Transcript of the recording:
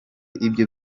ibyo